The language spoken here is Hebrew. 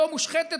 לא מושחתת,